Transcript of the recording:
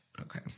Okay